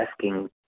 asking